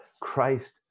Christ